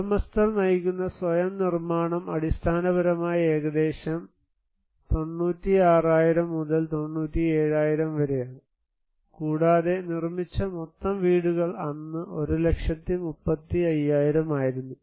ഉടമസ്ഥൻ നയിക്കുന്ന സ്വയം നിർമ്മാണം അടിസ്ഥാനപരമായി ഏകദേശം 96000 മുതൽ 97000 വരെയാണ് കൂടാതെ നിർമ്മിച്ച മൊത്തം വീടുകൾ അന്ന് 135000 ആയിരുന്നു